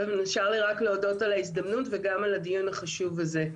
נשאר לי רק להודות על ההזדמנות וגם על הדיון החשוב הזה.